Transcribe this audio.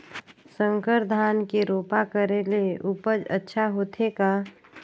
संकर धान के रोपा करे ले उपज अच्छा होथे का?